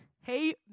hey